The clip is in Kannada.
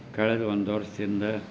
ಕಳೆದ ಒಂದು ವರ್ಷದಿಂದ